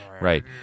right